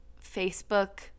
facebook